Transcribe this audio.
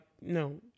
no